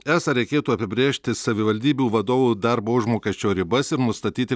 esą reikėtų apibrėžti savivaldybių vadovų darbo užmokesčio ribas ir nustatyti